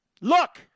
Look